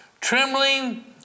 trembling